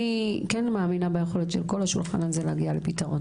אני כן מאמינה ביכולת של כל השולחן הזה להגיע לפתרון.